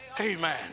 Amen